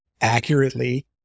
accurately